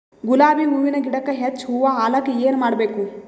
ಗುಲಾಬಿ ಹೂವಿನ ಗಿಡಕ್ಕ ಹೆಚ್ಚ ಹೂವಾ ಆಲಕ ಏನ ಮಾಡಬೇಕು?